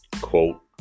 quote